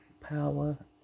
power